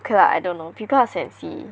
okay lah I don't know people are sensy